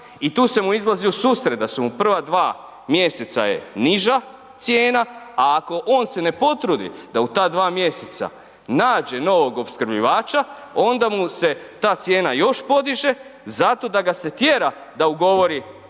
i tu se mu izlazi u susret da su mu prva dva mjeseca je niža cijena, a ako on se ne potrudi da u ta dva mjeseca nađe novog opskrbljivača onda mu se ta cijena još podiže zato da ga se tjera da ugovori